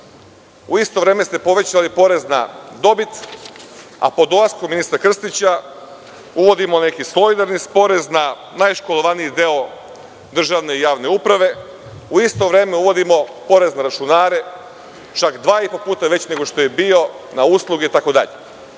U isto vreme ste povećali porez na dobit, a po dolasku ministra Krstića uvodimo neki solidarni porez na najškolovaniji deo državne i javne uprave. U isto vreme uvodimo porez na računare, čak dva i po puta veći nego što je bio, na usluge itd. Sve